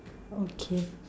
okay